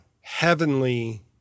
heavenly